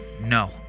No